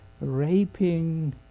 raping